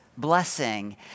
blessing